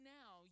now